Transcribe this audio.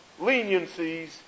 leniencies